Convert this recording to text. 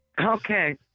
Okay